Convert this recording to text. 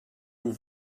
aux